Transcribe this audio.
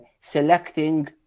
selecting